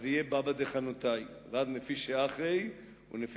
אז יהיה בבא דחנותאי רב נפישי אחי ורחימי,